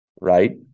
right